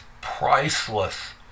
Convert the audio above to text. priceless